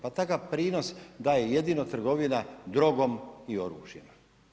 Pa takav prinos daje jedino trgovina drogom i oružjem.